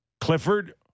Clifford